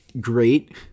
great